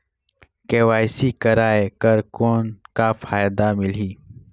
KYC कराय कर कौन का फायदा मिलही?